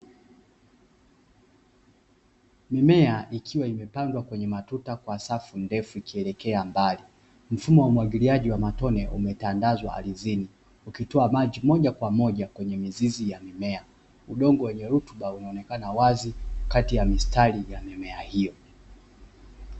Mimea ikiwa imepangwa kwenye safu zenye matuta matuta, kuelekea mbali, mfumo wa umwagiliaji wa matone umetandazwa ardhini, ukitoa maji moja kwa moja kwenye mizizi ya mimea. Udongo wenye rutuba unaonekana wazi kati ya mistari ya mimea hiyo.